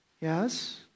Yes